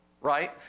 Right